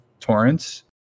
torrents